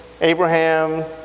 Abraham